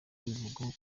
bivugwaho